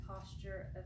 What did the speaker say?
posture